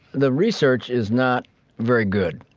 the research is not very good,